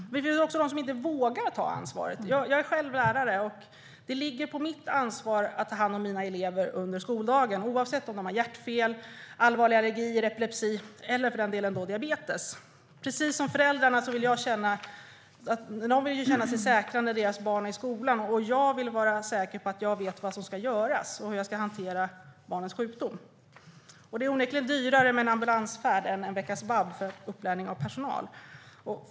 Det finns också de som inte vågar ta ansvaret. Jag är själv lärare, och det ligger på mitt ansvar att ta hand om mina elever under skoldagen oavsett om de har hjärtfel, allvarlig allergi, epilepsi eller för den delen diabetes. Precis som föräldrarna vill känna sig säkra när deras barn är i skolan vill jag vara säker på att jag vet vad som ska göras och hur jag ska hantera barnets sjukdom. Det är onekligen dyrare med en ambulansfärd än en veckas vab för upplärning av personal.